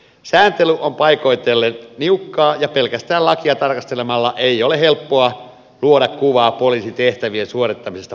sääntely on paikoitellen niukkaa ja pelkästään lakia tarkastelemalla ei ole helppoa luoda kuvaa poliisin tehtävien suorittamisesta puolustusvoimissa